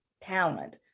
talent